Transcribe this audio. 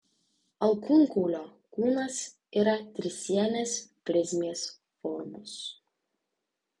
alkūnkaulio kūnas yra trisienės prizmės formos